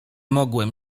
mogłem